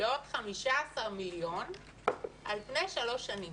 בעוד 15 מיליון על פני שלוש שנים,